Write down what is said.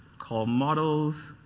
call models.